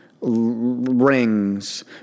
rings